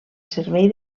servei